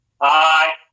Hi